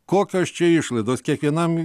kokios čia išlaidos kiekvienam